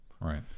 Right